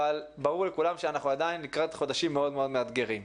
אבל ברור לכולם שאנחנו לקראת חודשים מאוד מאוד מאתגרים.